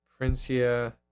Princia